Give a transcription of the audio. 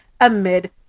amid